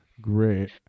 great